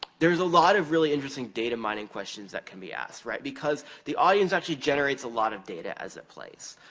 there's a lot of really interesting data mining questions that can be asked, right? because the audience actually generates a lot of data as it plays.